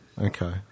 Okay